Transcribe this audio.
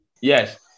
yes